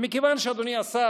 אדוני השר,